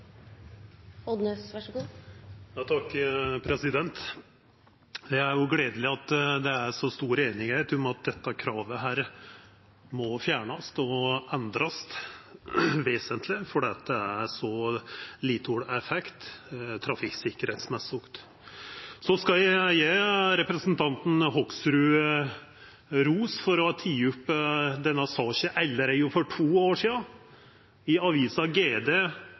gledeleg at det er så stor einigheit om at dette kravet må fjernast eller endrast vesentleg fordi det har så liten effekt på trafikksikkerheita. Eg skal gje representanten Hoksrud ros for å ha teke opp denne saka allereie for to år sidan. I avisa GD